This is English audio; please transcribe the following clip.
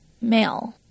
male